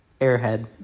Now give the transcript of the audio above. airhead